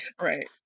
right